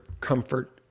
comfort